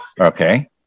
Okay